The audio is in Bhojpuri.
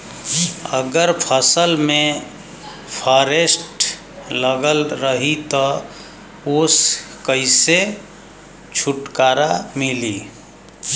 अगर फसल में फारेस्ट लगल रही त ओस कइसे छूटकारा मिली?